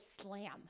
slam